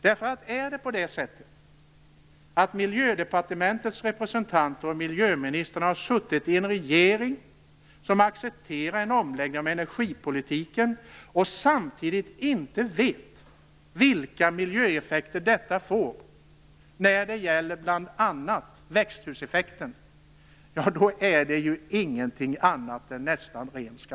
Det är ingenting annat än en skandal om Miljödepartementets representant, miljöministern, har suttit i en regering som accepterar en omläggning av energipolitiken och samtidigt inte vet vilka miljöeffekter detta får när det gäller bl.a. växthuseffekten.